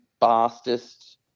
fastest